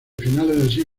finales